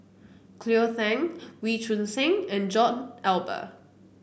Cleo Thang Wee Choon Seng and John Eber